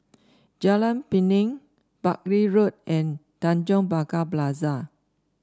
Jalan Pinang Buckley Road and Tanjong Pagar Plaza